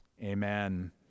Amen